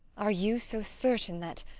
are you so certain that